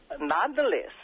Nonetheless